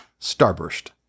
Starburst